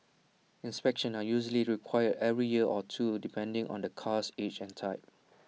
inspections are usually required every year or two depending on the car's age and type